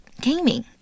gaming